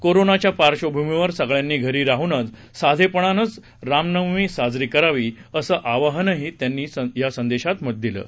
कोरोनाच्या पार्क्षभूमीवर सगळ्यांनी घरी राहूनच साधेपणानंच साजरी करावी असं आवहनही त्यांनी या संदेशात केलं आहे